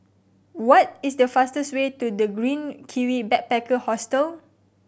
what is the fastest way to The Green Kiwi Backpacker Hostel